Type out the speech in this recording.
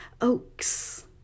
oaks